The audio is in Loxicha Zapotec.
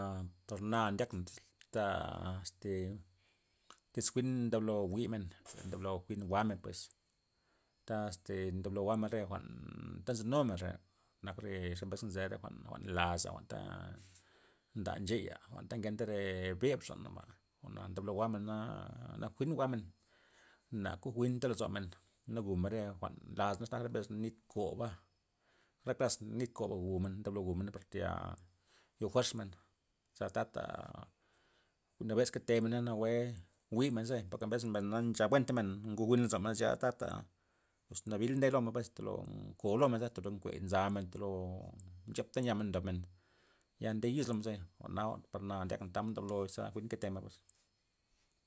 A porna ndyakna ta este tiz jwi'n ndablo jwi'men ndablo jwi'n jwa'men pues ta este nablo jwa'men re jwa'n ta nzynumen rea, nak're zebesna' sea jwa'n jwa'n la'za jwa'n nda ncheya jwa'n tana ngenta re bbb xanaba jwa'na ndablo jwa'mena, naa jwi'n jwa'men na kuj jwin tamen lozomen, n gumen re jwa'n las mbes men nit koba re klas nit koba gumen ndablo gumena par tayal yo fuerzen za ta'ta nabes ketemen na nawue jwi'men zebay poke mbesna mbay na ncha buentamen nguj jwi'n lozomen zya tata pues nabil ndey lomen mbay lo ko'u lomen ko'u nkue nzamen ndolo nchapmen ta nya ndobmen, ya nde yiz lomenze jwa'na jwa'n parna ndiakna tamod ndablo za jwi'n ketemen pues.